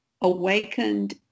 awakened